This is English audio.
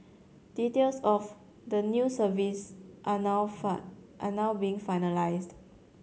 details of the new service are now find are now being finalised